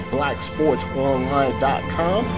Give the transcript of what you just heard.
BlackSportsOnline.com